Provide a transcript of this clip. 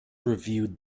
reviewed